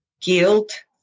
guilt